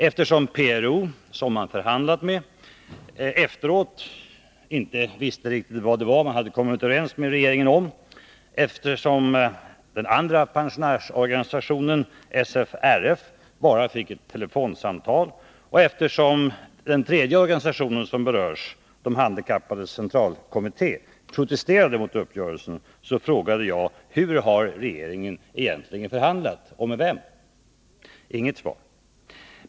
Eftersom PRO, som man förhandlat med, efteråt inte visste riktigt vad man hade kommit överens med regeringen om, eftersom den andra pensionärsorganisationen SFRF bara fick ett telefonsamtal och eftersom den tredje organisationen som berörs, Handikappförbundens centralkommitté, protesterade mot uppgörelsen frågade jag: Hur har regeringen egentligen förhandlat och med vem? Jag har inte fått något svar.